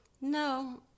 No